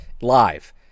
live